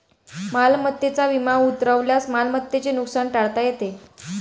मालमत्तेचा विमा उतरवल्यास मालमत्तेचे नुकसान टाळता येते